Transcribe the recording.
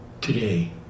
today